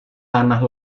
tanah